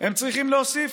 הם צריכים להוסיף.